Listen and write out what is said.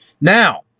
Now